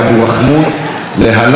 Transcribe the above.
עבד אל חכים חאג'